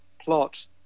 plot